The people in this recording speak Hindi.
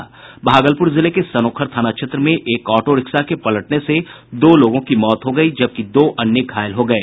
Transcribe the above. भागलपुर जिले के सनोखर थाना क्षेत्र में एक ऑटो रिक्शा के पलटने से दो लोगों की मौत हो गयी जबकि दो अन्य घायल हो गये